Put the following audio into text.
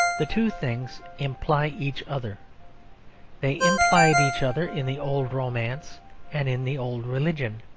the two things imply each other they implied each other in the old romance and in the old religion,